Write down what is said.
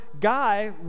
guy